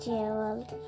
Gerald